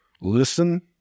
listen